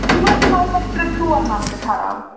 یم حظ چھِ لگ بگ ترٛےٚ ژور نَلکہٕ خراب